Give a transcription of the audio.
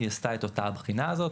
היא עשתה את אותה הבחינה הזאת,